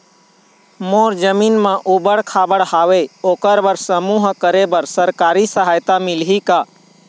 मोर जमीन म ऊबड़ खाबड़ हावे ओकर बर समूह करे बर सरकारी सहायता मिलही का?